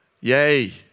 Yay